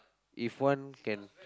if one can